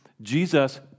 Jesus